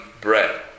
bread